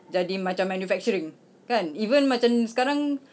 jadi macam manufacturing kan even macam sekarang